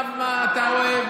עכשיו מה אתה רואה.